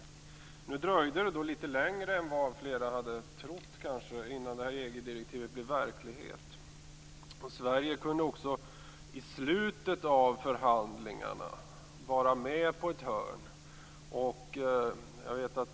Det dröjde litet längre än vad många kanske hade trott innan det här EG-direktivet blev verklighet. Sverige kunde i slutet av förhandlingarna vara med på ett hörn.